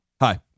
Hi